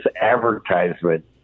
advertisement